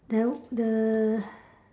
the the